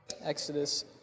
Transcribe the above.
Exodus